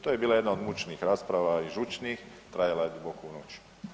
To je bila jedna od mučnih rasprava i žučnih, trajala je duboko u noć.